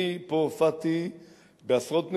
אני פה הופעתי בעשרות נאומים,